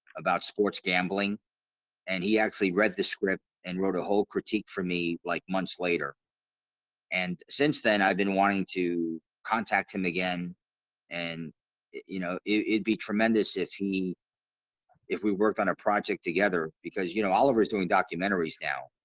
about sports gambling and he actually read the script and wrote a whole critique for me like months later and since then i've been wanting to contact him again and you know, it'd be tremendous if he if we worked on a project together because you know oliver's doing documentaries now.